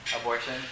Abortion